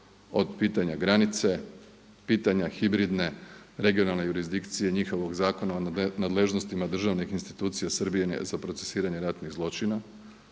od pitanja granice, pitanja hibridne regionalne jurisdikcije njihovog Zakona o nadležnosti državnih institucija Srbije za procesuiranje ratnih zločina